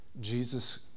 Jesus